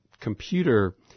computer